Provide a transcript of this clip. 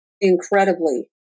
incredibly